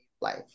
life